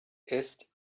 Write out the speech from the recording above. ist